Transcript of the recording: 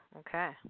okay